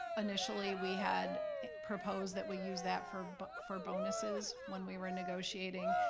initially we had proposed that we use that for but for bonuses when we were negotiating.